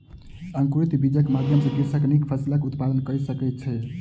अंकुरित बीजक माध्यम सॅ कृषक नीक फसिलक उत्पादन कय सकै छै